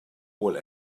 will